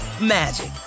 magic